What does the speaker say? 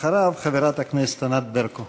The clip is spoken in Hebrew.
אחריו, חברת הכנסת ענת ברקו.